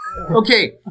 Okay